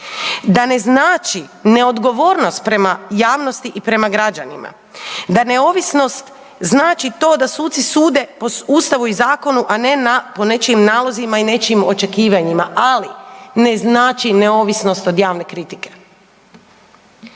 da ne znači neodgovornost prema javnosti i prema građanima, da neovisnost znači to da suci sude po Ustavu i zakonu, a ne po nečijim nalozima i nečijim očekivanjima. Ali, ne znači neovisnosti od javne kritike.